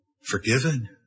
Forgiven